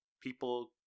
people